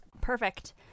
Perfect